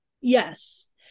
Yes